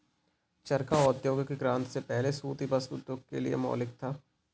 चरखा औद्योगिक क्रांति से पहले सूती वस्त्र उद्योग के लिए मौलिक था